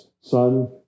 son